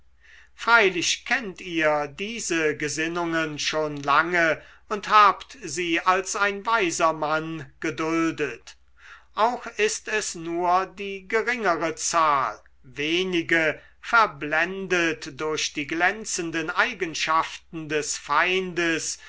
freilich kennt ihr diese gesinnungen schon lange und habt sie als ein weiser mann geduldet auch ist es nur die geringere zahl wenige verblendet durch die glänzenden eigenschaften des feindes